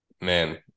Man